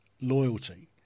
loyalty